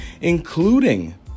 including